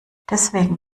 deswegen